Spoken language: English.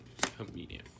comedian